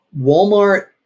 Walmart